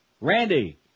Randy